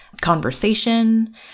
conversation